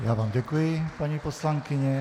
Já vám děkuji, paní poslankyně.